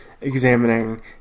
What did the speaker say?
examining